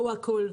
הוא הכול.